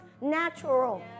natural